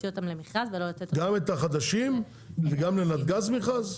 אותם למכרז ולא לתת אותם --- גם את החדשים וגם לנתג"ז מכרז?